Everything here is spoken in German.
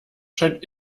scheint